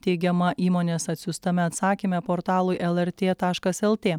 teigiama įmonės atsiųstame atsakyme portalui lrt taškas lt